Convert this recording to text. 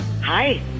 Hi